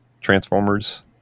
transformers